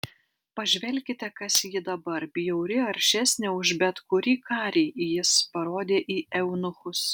pažvelkite kas ji dabar bjauri aršesnė už bet kurį karį jis parodė į eunuchus